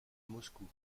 moscou